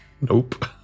Nope